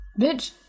bitch